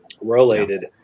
Related